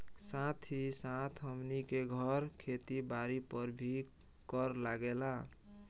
साथ ही साथ हमनी के घर, खेत बारी पर भी कर लागेला